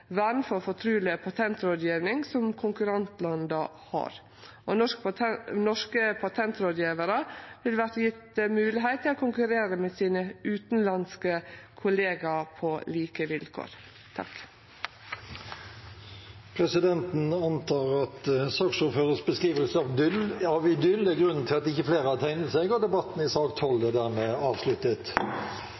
vern for fortruleg patentrådgjeving som konkurrentlanda har, og norske patentrådgjevarar vil verte gjeve moglegheit til å konkurrere med sine utanlandske kollegaer på like vilkår. Presidenten antar at saksordførerens beskrivelse av idyll er grunnen til at flere ikke har bedt om ordet til sak nr. 12. Etter ønske fra justiskomiteen vil presidenten ordne debatten